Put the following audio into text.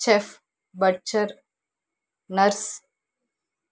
chef butcher nurse